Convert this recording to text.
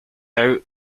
out